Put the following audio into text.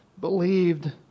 believed